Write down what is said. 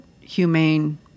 humane